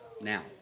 now